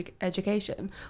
education